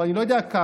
או אני לא יודע כמה,